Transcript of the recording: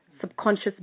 subconscious